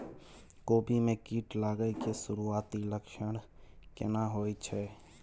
कोबी में कीट लागय के सुरूआती लक्षण केना होय छै